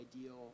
ideal